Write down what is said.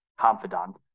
confidant